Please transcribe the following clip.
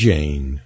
Jane